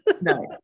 No